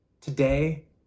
today